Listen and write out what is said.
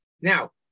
Now